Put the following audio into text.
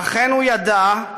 ואכן הוא ידע,